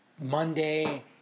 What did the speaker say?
Monday